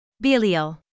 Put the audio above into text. Belial